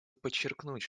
подчеркнуть